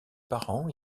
parents